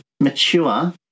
mature